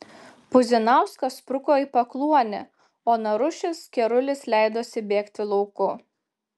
puzinauskas spruko į pakluonę o narušis kerulis leidosi bėgti lauku